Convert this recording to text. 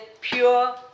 pure